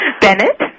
Bennett